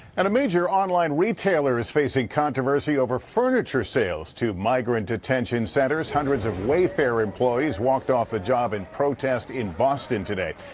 and a major online retailer is facing controversy over furniture sales to migrant detention centers. hundreds of wayfair employees walked off the job in protest in boston today.